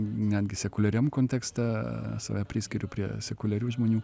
netgi sekuliariam kontekste save priskiriu prie sekuliarių žmonių